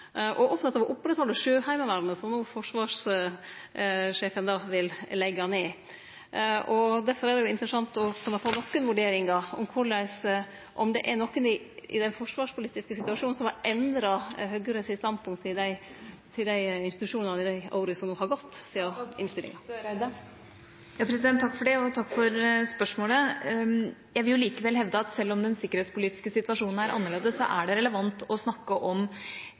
og å oppretthalde Sjøheimevernet, som no forsvarssjefen vil leggje ned. Derfor er det interessant å kunne få nokre vurderingar av om det er noko i den forsvarspolitiske situasjonen som har endra Høgres standpunkt til desse institusjonane i dei åra som no har gått sidan den innstillinga? Takk for spørsmålet. Jeg vil likevel hevde at selv om den sikkerhetspolitiske situasjonen er annerledes, er det relevant å snakke om